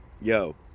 Yo